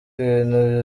ibintu